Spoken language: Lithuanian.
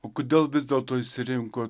o kodėl vis dėlto išsirinko